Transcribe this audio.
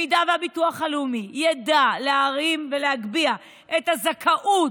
אם הביטוח הלאומי ידע להרים ולהגביה את הזכאות